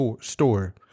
store